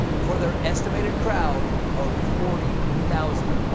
for their estimated crowd of forty thousand.